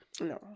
no